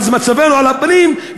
אז מצבנו על הפנים.